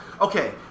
Okay